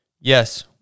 Yes